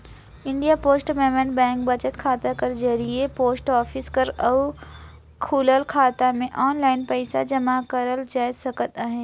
India post payment bank बचत खाता कर जरिए पोस्ट ऑफिस कर अउ खुलल खाता में आनलाईन पइसा जमा करल जाए सकत अहे